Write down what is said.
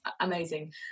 amazing